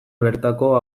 bertako